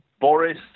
Boris